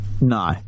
No